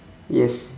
yes